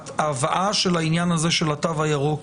ההבאה של העניין הזה של התו הירוק